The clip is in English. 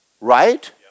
Right